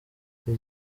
icyo